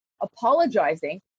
apologizing